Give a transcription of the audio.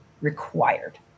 required